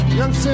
young